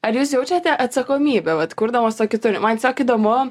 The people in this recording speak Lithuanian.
ar jūs jaučiate atsakomybę vat kurdamos tokį turinį man tiesiog įdomu